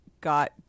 got